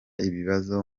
ibibazo